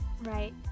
right